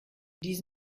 dix